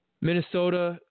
Minnesota